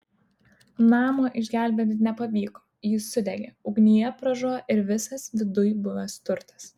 namo išgelbėti nepavyko jis sudegė ugnyje pražuvo ir visas viduj buvęs turtas